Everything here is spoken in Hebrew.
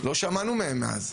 לא שמענו מהם מאז.